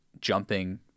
jumping